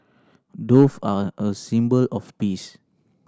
dove are a symbol of peace